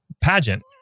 pageant